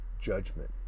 judgment